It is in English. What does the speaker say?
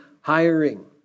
hiring